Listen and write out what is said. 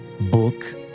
book